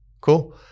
cool